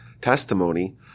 testimony